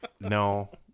no